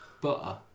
butter